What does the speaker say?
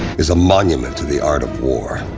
is a monument to the art of war.